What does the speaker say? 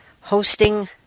hosting